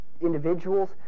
individuals